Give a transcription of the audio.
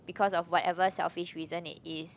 because of whatever selfish reason it is